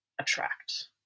attract